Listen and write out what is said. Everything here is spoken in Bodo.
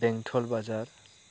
बेंथल बाजार